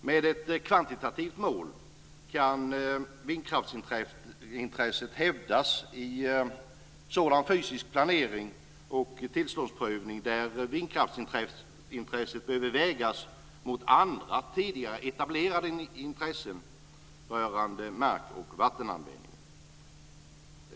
Med ett kvantitativt mål kan vindkraftsintresset hävdas i sådan fysisk planering och tillståndsprövning där vindkraftsintresset behöver vägas mot andra tidigare etablerade intressen rörande mark och vattenanvändning.